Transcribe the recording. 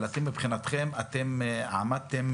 אבל מבחינתכם עמדתם